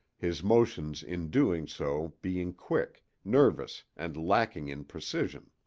his motions in doing so being quick, nervous and lacking in precision.